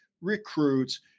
recruits